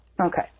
okay